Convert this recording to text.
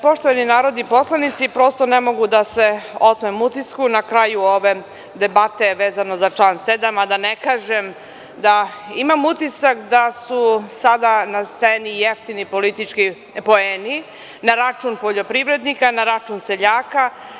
Poštovani narodni poslanici, prosto ne mogu da se otmem utisku na kraju ove debate vezano za član 7. a da ne kažem da imam utisak da su sada na sceni jeftini politički poeni na račun poljoprivrednika, na račun seljaka.